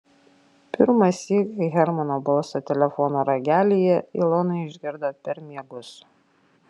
pirmąsyk hermano balsą telefono ragelyje ilona išgirdo per miegus